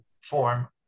form